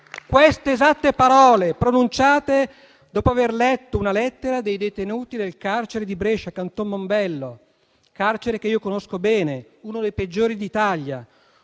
parole esatte pronunciate dopo aver letto una lettera dei detenuti del carcere di Brescia-Canton Mombello, carcere che io conosco bene, uno dei peggiori d'Italia,